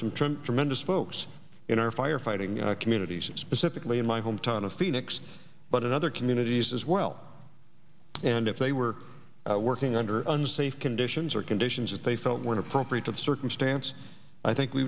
some tremendous folks in our firefighting communities specifically in my hometown of phoenix but in other communities as well and if they were working under unsafe conditions or conditions that they felt were inappropriate to the circumstance i think we